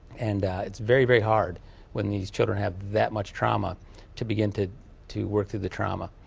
and it's very very hard when these children have that much trauma to begin to to work through the trauma.